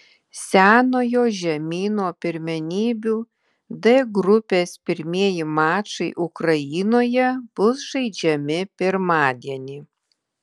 senojo žemyno pirmenybių d grupės pirmieji mačai ukrainoje bus žaidžiami pirmadienį